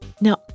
Now